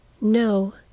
no